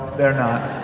they're not.